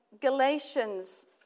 Galatians